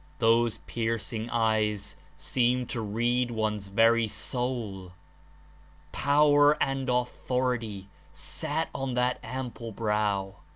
those piercing eyes seemed to read one's very soul power and authority sat on that ample brow,